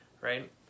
Right